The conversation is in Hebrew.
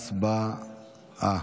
הצבעה.